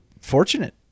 fortunate